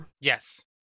Yes